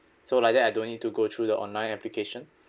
so like that I don't need to go through the online application